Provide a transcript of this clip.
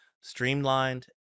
streamlined